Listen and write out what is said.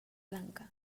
blanca